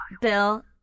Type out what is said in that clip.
Bill